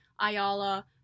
Ayala